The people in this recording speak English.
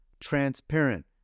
transparent